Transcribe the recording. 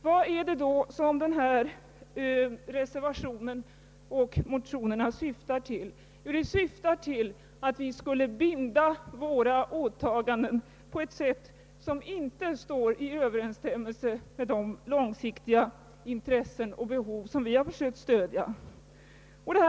Vad är det då denna reservation och motionerna syftar till? Jo, till att vi skulle binda våra åtaganden på ett sätt, som inte står i överensstämmelse med de långsiktiga intressen och behov som vi har försökt stödja.